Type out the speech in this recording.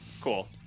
cool